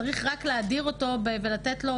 צריך רק להאדיר אותו ולתת לו